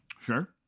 Sure